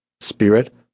spirit